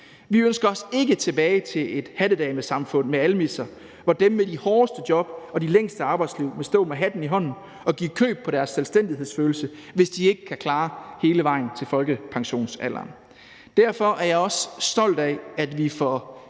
Vi ønsker os ikke tilbage til et hattedamesamfund med almisser, hvor dem med de hårdeste job og de længste arbejdsliv må stå med hatten i hånden og give køb på deres selvstændighedsfølelse, hvis de ikke kan klare hele vejen til folkepensionsalderen. Derfor er jeg også stolt af, at vi for